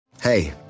Hey